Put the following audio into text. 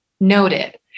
Noted